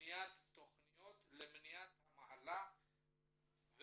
ובניית תכניות למניעת המחלה וסיבוכיה,